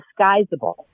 disguisable